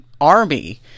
army